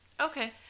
Okay